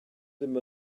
ddim